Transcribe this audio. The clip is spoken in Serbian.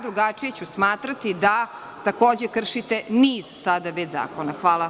Drugačije ću smatrati da takođe kršite niz, sada već, zakona.